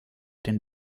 den